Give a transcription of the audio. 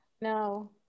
No